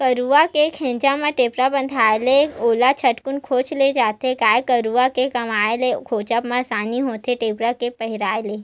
गरुवा के घेंच म टेपरा बंधाय ले ओला झटकून खोज ले जाथे गाय गरुवा के गवाय ले खोजब म असानी होथे टेपरा के पहिराय ले